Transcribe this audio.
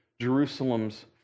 Jerusalem's